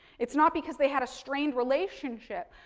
it's not because they had a strained relationship.